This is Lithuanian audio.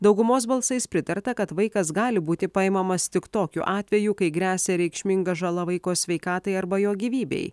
daugumos balsais pritarta kad vaikas gali būti paimamas tik tokiu atveju kai gresia reikšminga žala vaiko sveikatai arba jo gyvybei